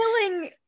killing